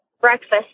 breakfast